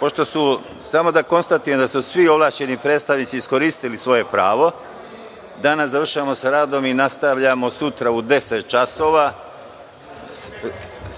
Završavamo. Samo da konstatujem da su svi ovlašćeni predstavnici iskoristili svoje pravo. Danas završavamo sa radom i nastavljamo sutra u 10.00 časova,